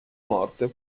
morte